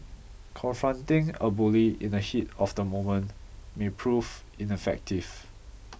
confronting a bully in the heat of the moment may prove ineffective